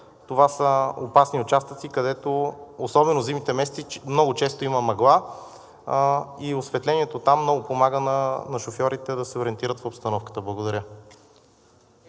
това са опасни участъци, където особено в зимните месеци много често има мъгла, и осветлението там много помага на шофьорите да се ориентират в обстановката. Благодаря.